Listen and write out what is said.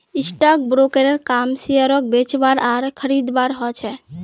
stock ब्रोकरेर काम शेयरक बेचवार आर खरीदवार ह छेक